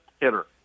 hitter